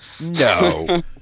No